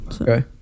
Okay